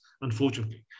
unfortunately